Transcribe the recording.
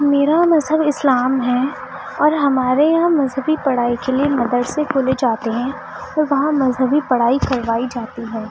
میرا مذہب اسلام ہے اور ہمارے یہاں مذہبی پڑھائی کے لیے مدرسے کھولے جاتے ہیں اور وہاں مذہبی پڑھائی کروائی جاتی ہے